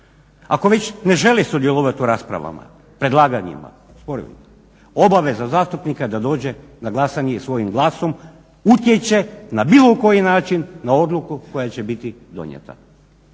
Ako već ne želi sudjelovati u raspravama, predlaganjima obaveza zastupnika je da dođe na glasanje i svojim glasom utječe na bilo koji način na odluku koja će biti donijeta.